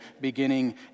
beginning